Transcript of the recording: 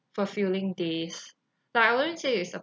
fulfilling days like I wouldn't say it's a